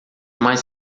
mais